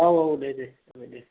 औ औ दे दे जाबाय दे